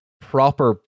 proper